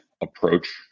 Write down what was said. approach